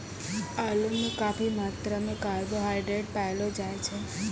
आलू म काफी मात्रा म कार्बोहाइड्रेट पयलो जाय छै